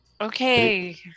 Okay